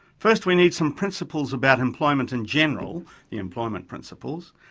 first we need some principles about employment in general, the employment principles,